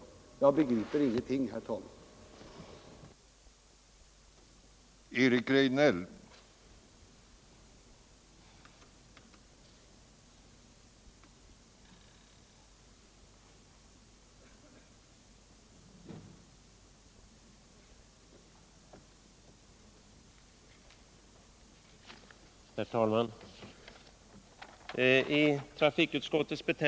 Jag begriper, som sagt, herr talman, ingenting av den argumenteringen.